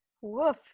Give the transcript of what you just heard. Woof